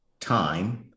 time